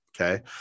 Okay